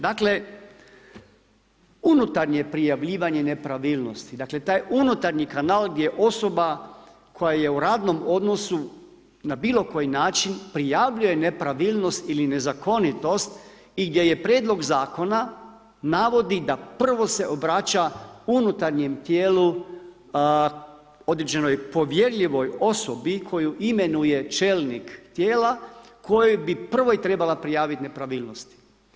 Dakle unutarnje prijavljivanje nepravilnosti, dakle taj unutarnji kanal gdje osoba koja je u radnom odnosu na bilo koji način prijavljuje nepravilnost ili nezakonitost i gdje je prijedlog zakona navodi da prvo se obraća unutarnjem tijelu određenoj povjerljivoj osobi koju imenuje čelnik tijela kojoj bi prvoj trebala prijaviti nepravilnosti.